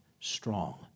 strong